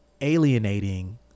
alienating